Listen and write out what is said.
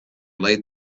late